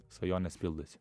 svajonės pildosi